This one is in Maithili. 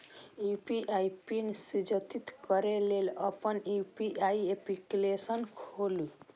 यू.पी.आई पिन सृजित करै लेल अपन यू.पी.आई एप्लीकेशन खोलू